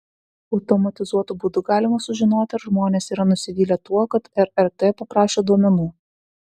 automatizuotu būdu galima sužinoti ar žmonės yra nusivylę tuo kad rrt paprašė duomenų